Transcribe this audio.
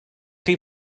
chi